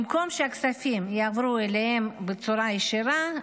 במקום שהכספים יעברו אליהם בצורה ישירה,